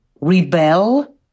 rebel